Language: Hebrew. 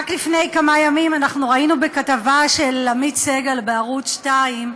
רק לפני כמה ימים אנחנו ראינו בכתבה של עמית סגל בערוץ 22,